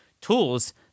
tools